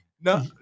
No